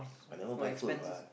I never buy fur lah